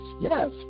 yes